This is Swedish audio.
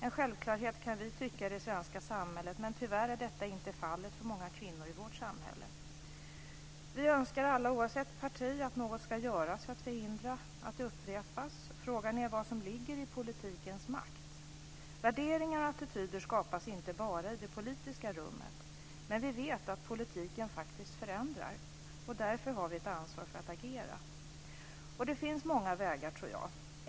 Vi kan tycka att det är en självklarhet i det svenska samhället, men tyvärr är detta inte fallet för många kvinnor i vårt samhälle. Vi önskar alla, oavsett parti, att något ska göras för att förhindra att det upprepas. Frågan är vad som ligger i politikens makt. Värderingar och attityder skapas inte bara i det politiska rummet, men vi vet att politiken faktiskt förändrar. Därför har vi ett ansvar att agera. Jag tror att det finns många vägar att gå.